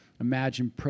Imagine